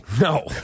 No